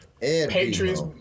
Patriots